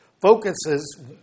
focuses